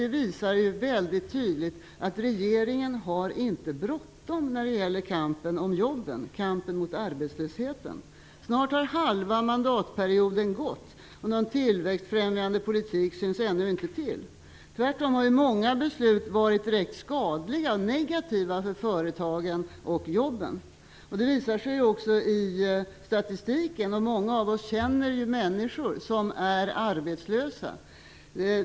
Det visar väldigt tydligt att regeringen inte har bråttom i kampen om jobben och kampen mot arbetslösheten. Snart har halva mandatperioden gått och någon tillväxtfrämjande politik syns ännu inte till. Tvärtom har många beslut varit direkt skadliga och negativa för företagen och jobben. Det visar sig i statistiken, och många av oss känner också människor som är arbetslösa.